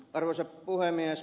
arvoisa puhemies